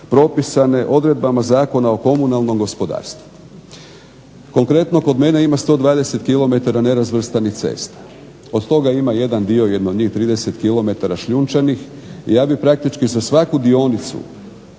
propisane odredbama Zakona o komunalnom gospodarstvu. Konkretno, kod mene ima 120 km nerazvrstanih cesta. Od toga ima jedan dio, jedno njih 30 km šljunčanih. I ja bih praktički za svaku dionicu